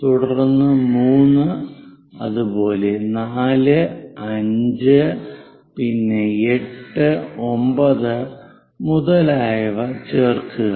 തുടർന്ന് 3 അതുപോലെ 4 5 പിന്നെ 8 9 മുതലായവ ചേർക്കുക